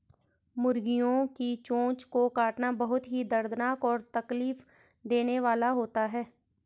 मुर्गियों की चोंच को काटना बहुत ही दर्दनाक और तकलीफ देने वाला होता है